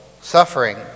suffering